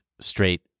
straight